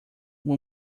uma